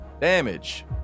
damage